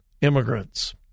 immigrants